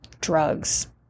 drugs